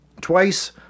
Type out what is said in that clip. twice